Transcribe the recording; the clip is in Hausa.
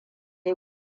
ya